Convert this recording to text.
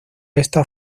esta